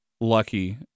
lucky